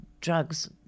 drugs